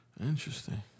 Interesting